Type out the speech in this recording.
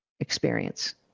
experience